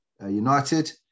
United